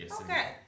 okay